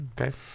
Okay